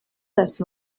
that